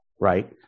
right